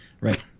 right